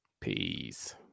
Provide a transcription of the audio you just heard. Peace